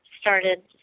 started